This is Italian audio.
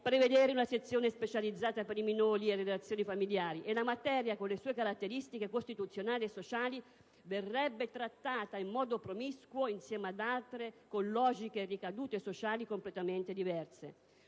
prevedere una sezione specializzata per i minori e le relazioni familiari e la materia, con le sue caratteristiche costituzionali e sociali, verrebbe trattata promiscuamente ad altre, con logiche e ricadute sociali completamente diverse.